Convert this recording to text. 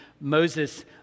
Moses